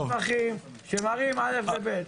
יש פה מסמכים שמראים א' וב'